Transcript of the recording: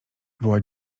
woła